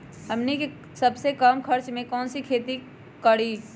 हमनी के सबसे कम खर्च में कौन से सब्जी के खेती करी?